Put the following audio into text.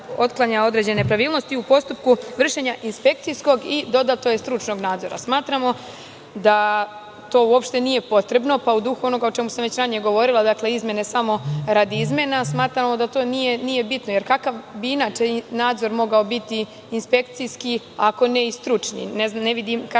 određene nepravilnosti u postupku vršenja inspekcijskog, a dodato je: "i stručnog nadzora".Smatramo da to uopšte nije potrebno. U duhu onoga o čemu sam već ranije govorila, dakle izmene samo radi izmena, smatramo da to nije bitno, jer kakav bi inače nadzor mogao biti inspekcijski ako ne i stručni? Ne vidim kakva